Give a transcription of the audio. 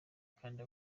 kandi